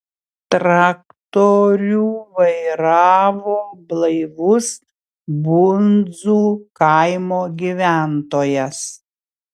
traktorių vairavo blaivus bundzų kaimo gyventojas